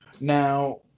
Now